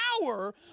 power